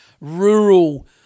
rural